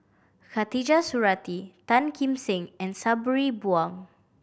Khatijah Surattee Tan Kim Seng and Sabri Buang